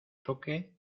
toque